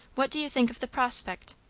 what do you think of the prospect?